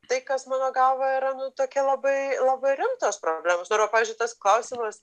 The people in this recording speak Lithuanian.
tai kas mano galva yra nu tokia labai labai rimtos problemos pavyzdžiui tas klausimas